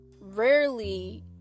rarely